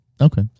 Okay